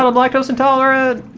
um lactose intolerant